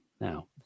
now